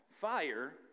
Fire